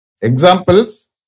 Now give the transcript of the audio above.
Examples